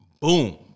boom